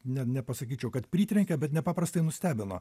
ne nepasakyčiau kad pritrenkė bet nepaprastai nustebino